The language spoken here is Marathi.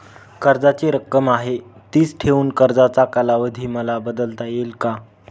कर्जाची रक्कम आहे तिच ठेवून कर्जाचा कालावधी मला बदलता येईल का?